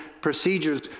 procedures